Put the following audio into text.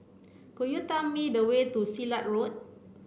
could you tell me the way to Silat Road